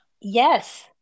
Yes